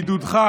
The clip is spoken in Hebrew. בעידודך,